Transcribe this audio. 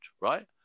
Right